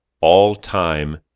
all-time